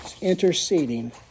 interceding